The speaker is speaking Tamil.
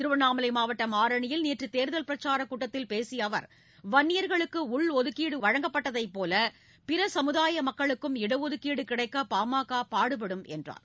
திருவண்ணாமலை மாவட்டம் ஆரணியில் நேற்று தேர்தல் பிரச்சார கூட்டத்தில் பேசிய அவர் வன்னியா்களுக்கு உள்ஒதுக்கீடு வழங்கப்பட்டதைபோல் பிற சமுதாய மக்களுக்கும் இடஒதுக்கீடு கிடைக்க பா ம க பாடுபடும் என்று கூறினார்